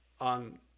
on